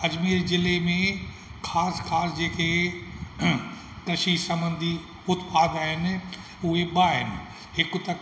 अजमेर ज़िले में ख़ासि ख़ासि जेके कृषि सबंधी उत्पाद आहिनि उहे ॿ आहिनि हिकु त